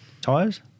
Tires